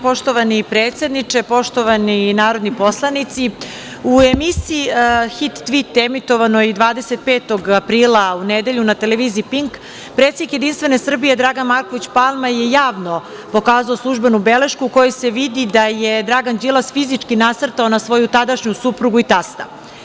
Poštovani predsedniče, poštovani narodni poslanici, u emisiji „Hit tvit“ emitovanoj 25. aprila u nedelju na TV „Pink“, predsednik JS Dragan Marković Palma je javno pokazao službenu belešku u kojoj se vidi da je Dragan Đilas fizički nasrtao na svoju tadašnju suprugu i tasta.